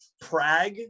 prague